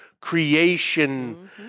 creation